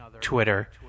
Twitter